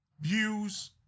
views